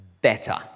Better